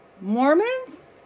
Mormons